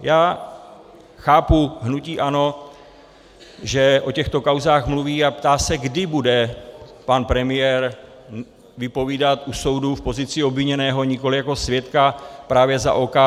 Já chápu hnutí ANO, že o těchto kauzách mluví a ptá se, kdy bude pan premiér vypovídat u soudu v pozici obviněného, nikoli jako svědka, právě za OKD.